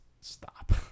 stop